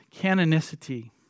canonicity